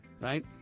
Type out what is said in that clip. right